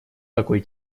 такой